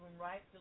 right